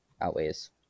outweighs